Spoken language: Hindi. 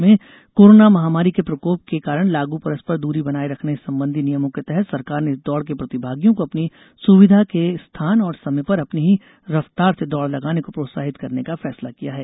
देश में कोरोना महामारी के प्रकोप के कारण लागू परस्पर दूरी बनाए रखने संबंधी नियमों के तहत सरकार ने इस दौड़ के प्रतिभागियों को अपनी सुविधा के स्थान और समय पर अपनी ही रफ्तार से दौड़ लगाने को प्रोत्साहित करने का फैसला किया है